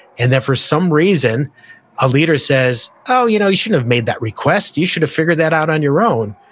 and then for some reason a leader says, oh, you know you shouldn't have made that request, you should have figured that out on your own.